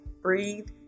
breathe